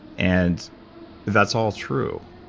and that's all true.